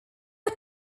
are